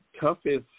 toughest